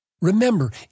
Remember